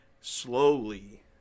slowly